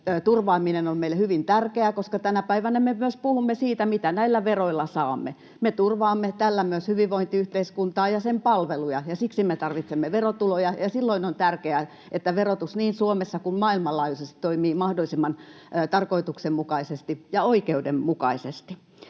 turvaaminen on meille hyvin tärkeää, koska tänä päivänä me myös puhumme siitä, mitä näillä veroilla saamme. Me turvaamme tällä myös hyvinvointiyhteiskuntaa ja sen palveluja, ja siksi me tarvitsemme verotuloja, ja silloin on tärkeää, että verotus niin Suomessa kuin maailmanlaajuisesti toimii mahdollisimman tarkoituksenmukaisesti ja oikeudenmukaisesti.